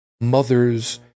Mother's